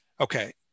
Okay